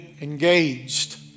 engaged